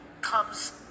comes